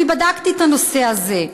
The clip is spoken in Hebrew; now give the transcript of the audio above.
אני בדקתי את הנושא הזה.